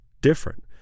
different